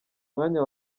mwanya